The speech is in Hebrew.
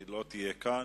אם היא לא תהיה כאן,